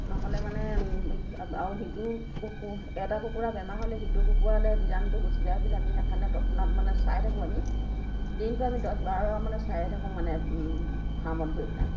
নহ'লে মানে আৰু সিটো এটা কুকুৰা বেমাৰ হ'লে সিটো কুকুৰালৈ বীজাণটো গুচি যায় বুলি আমি সেইকাৰণে তৎক্ষণাত মানে চাই থাকোঁ আমি দিনটো আমি দহ বাৰমান মানে চায়ে থাকোঁ মানে ফাৰ্মত গৈ পেলাই